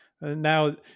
Now